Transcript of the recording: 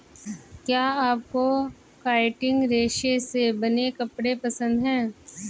क्या आपको काइटिन रेशे से बने कपड़े पसंद है